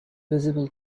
visible